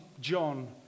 John